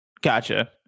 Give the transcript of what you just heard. gotcha